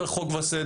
צריך חוק וסדר,